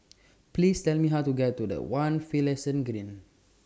Please Tell Me How to get to The one Finlayson Green